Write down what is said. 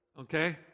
okay